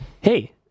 Hey